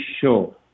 sure